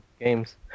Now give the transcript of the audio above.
Games